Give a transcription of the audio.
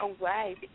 away